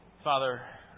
Father